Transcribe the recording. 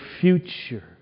future